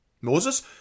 Moses